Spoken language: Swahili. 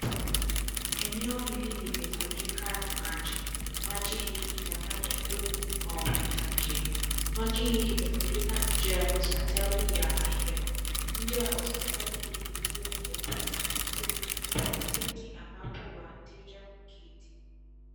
Eneo hili limefurika na maji, maji hii itafanya ikue ngumu kwa wapita njia, maji hii imefurika nje ya hospitali ya Ahero, nje ya hospitali hii iliyo nyeupe na buluu pana tenti ambapo wateja huketi.